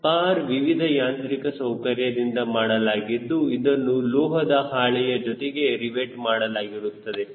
spar ವಿವಿಧ ಯಾಂತ್ರಿಕ ಸೌಕರ್ಯದಿಂದ ಮಾಡಲಾಗಿದ್ದು ಅದನ್ನು ಲೋಹದ ಹಾಳೆಯ ಜೊತೆಗೆ ರಿವೆಟ್ ಮಾಡಲಾಗಿರುತ್ತದೆ